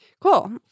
Cool